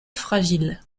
fragile